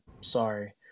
Sorry